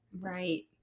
Right